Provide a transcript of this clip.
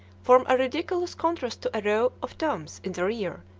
form a ridiculous contrast to a row of toms in the rear,